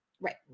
right